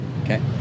Okay